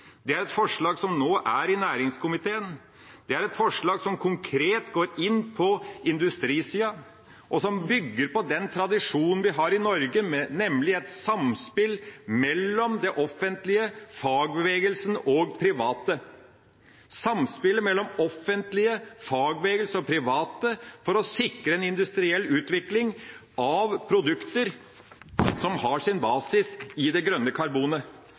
Det er et forslag som nå er i næringskomiteen. Det er et forslag som konkret går inn på industrisiden, og som bygger på den tradisjonen vi har i Norge, nemlig et samspill mellom det offentlige, fagbevegelsen og private – altså samspillet mellom det offentlige, fagbevegelsen og private – for å sikre en industriell utvikling av produkter som har sin basis i det grønne